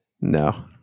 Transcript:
No